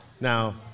Now –